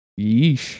Yeesh